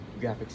graphics